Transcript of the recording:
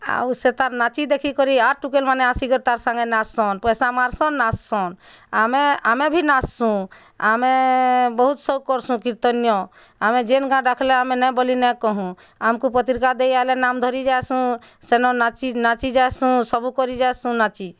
ଆଉ ସେ ତା'ର୍ ନାଚି ଦେଖିକରି ଆର୍ ଟୁକେଲ୍ ମାନେ ଆସିକରି ତା'ର୍ ସାଙ୍ଗେ ନାଚସନ୍ ପଇସା ମାରସନ୍ ନାଚସନ୍ ଆମେ ଆମେ ଭି ନାଚସୁଁ ଆମେ ବହୁତ୍ ସଉକ୍ କରସୁଁ କୀର୍ତ୍ତନ୍ୟ ଆମେ ଜେନ୍ ଗାଁ ଡ଼ାକିଲେ ଆମେ ନାଇଁ ବୋଲି ନାଇଁ କୋହୁଁ ଆମକୁ ପତ୍ରିକା ଦେଇ ଆଇଲେ ନାମ୍ ଧାରି ଯାଏସୁଁ ସେନ ନାଚି ନାଚି ଯାଏସୁଁ ସବୁ କରି ଯାଏସୁଁ ନାଚି